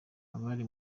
abari